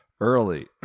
early